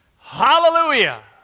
Hallelujah